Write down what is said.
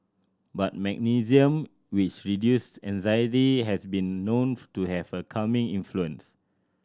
but magnesium which reduce anxiety has been known to have a calming influence